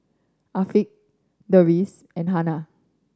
Afiq Deris and Hana